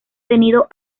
tenido